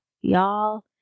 y'all